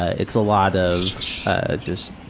it's a lot of just,